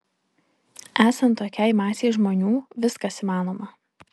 esant tokiai masei žmonių viskas įmanoma